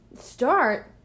start